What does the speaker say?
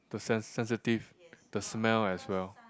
the sen~ sensitive the smell as well